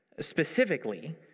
specifically